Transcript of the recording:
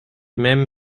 même